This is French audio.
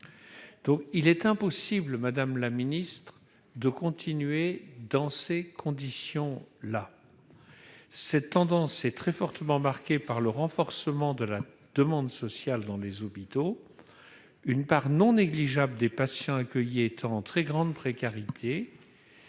Il est impossible de continuer dans ces conditions, madame la ministre ! Cette tendance est très fortement marquée par un renforcement de la demande sociale dans les hôpitaux, une part non négligeable des patients accueillis étant en très grande précarité.